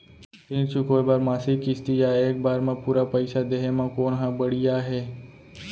ऋण चुकोय बर मासिक किस्ती या एक बार म पूरा पइसा देहे म कोन ह बढ़िया हे?